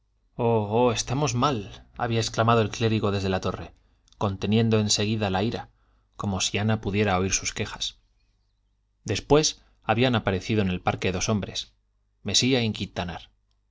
oh estamos mal había exclamado el clérigo desde la torre conteniendo en seguida la ira como si ana pudiera oír sus quejas después habían aparecido en el parque dos hombres mesía y quintanar